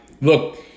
look